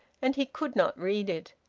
and he could not read it.